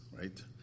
right